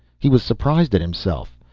he was surprised at himself.